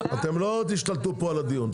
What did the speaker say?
לא תשלטו על הדיון.